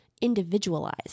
individualized